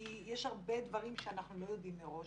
כי יש הרבה דברים שאנחנו לא יודעים מראש.